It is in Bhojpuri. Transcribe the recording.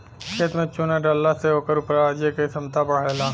खेत में चुना डलला से ओकर उपराजे क क्षमता बढ़ेला